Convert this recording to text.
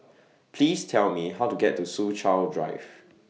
Please Tell Me How to get to Soo Chow Drive